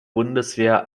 bundeswehr